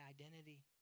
identity